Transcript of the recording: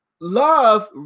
love